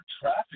traffic